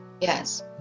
Yes